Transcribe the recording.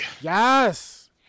Yes